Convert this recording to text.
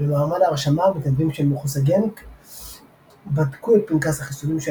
במעמד ההרשמה המתנדבים של מחוסגן בדקו את פנקס החיסונים של